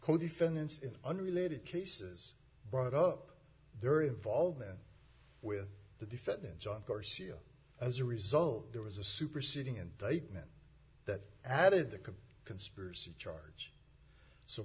co defendants in unrelated cases brought up their involvement with the defendant john garcia as a result there was a superseding indictment that added the conspiracy charge so